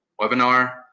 webinar